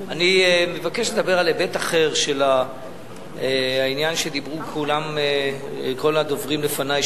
אני מבקש לדבר על היבט אחר של העניין שדיברו עליו כל הדוברים לפני,